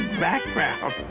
background